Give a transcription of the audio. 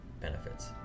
benefits